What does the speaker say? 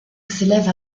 s’élève